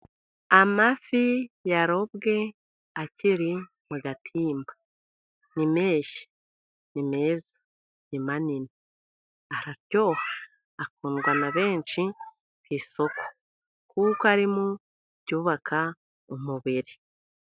Amafi yarobwe akiri mu gatimba, ni menshi, ni meza, ni manini, araryoha, akundwa na benshi ku isoko kuko ari mubyubaka umubiri.